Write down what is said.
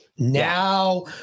Now